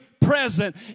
present